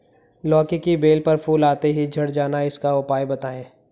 लौकी की बेल पर फूल आते ही झड़ जाना इसका उपाय बताएं?